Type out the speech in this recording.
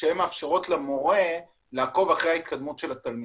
שמאפשרות למורה לעקוב אחרי ההתקדמות של התלמיד.